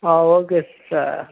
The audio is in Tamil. ah okay sir